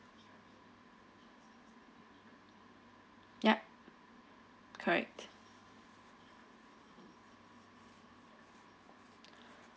yup correct